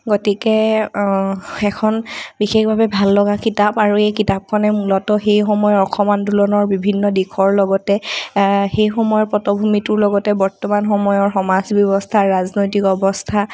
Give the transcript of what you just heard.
গতিকে এইখন বিশেষভাৱে ভাল লগা কিতাপ আৰু এই কিতাপখনে মূলতঃ সেই সময়ৰ অসম আন্দোলনৰ বিভিন্ন দিশৰ লগতে সেই সময়ৰ পটভূমিটোৰ লগতে বৰ্তমান সময়ৰ সমাজ ব্যৱস্থা ৰাজনৈতিক অৱস্থা